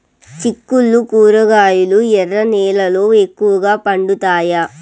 చిక్కుళ్లు కూరగాయలు ఎర్ర నేలల్లో ఎక్కువగా పండుతాయా